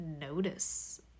notice